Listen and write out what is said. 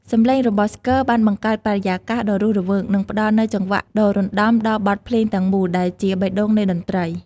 សំឡេងរបស់ស្គរបានបង្កើតបរិយាកាសដ៏រស់រវើក និងផ្តល់នូវចង្វាក់ដ៏រណ្តំដល់បទភ្លេងទាំងមូល ដែលជាបេះដូងនៃតន្ត្រី។